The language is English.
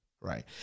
right